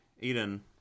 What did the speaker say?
Eden